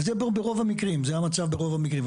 וזה רוב המקרים, זה המצב ברוב המקרים.